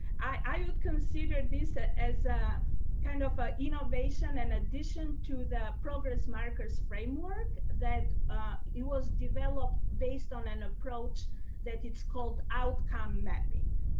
i would consider this as a kind of ah innovation and addition to the progress markers framework. that it was developed based on an approach that it's called outcome mapping.